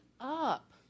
up